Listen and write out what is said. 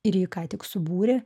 ir ji ką tik subūrė